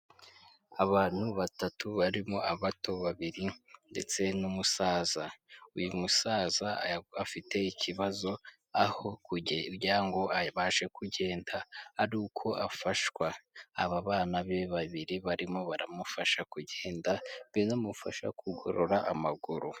Abantu batatu barimo abato babiri ndetse n'umusaza. Uyu musaza afite ikibazo aho kugira ngo abashe kugenda ari uko afashwa. Aba bana be babiri barimo baramufasha kugenda binamufasha kugorora amaguru.